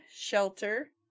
Shelter